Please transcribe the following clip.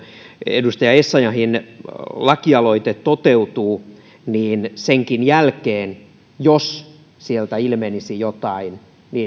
edustaja essayahin lakialoite toteutuu niin senkin jälkeen jos sieltä ilmenisi jotain